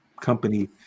company